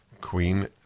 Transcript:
Queen